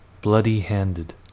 bloody-handed